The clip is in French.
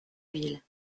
ville